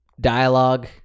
dialogue